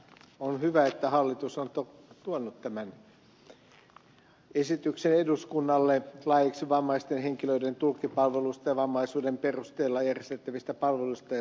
on hyvä että hallitus on tuonut tämän esityksen eduskunnalle laeiksi vammaisten henkilöiden tulkkipalvelusta ja vammaisuuden perusteella järjestettävistä palveluista ja tukitoimista